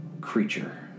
creature